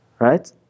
Right